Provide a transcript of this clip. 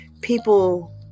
people